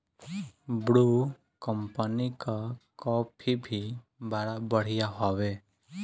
Bru company कअ coffee भी बड़ा बढ़िया हवे